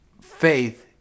faith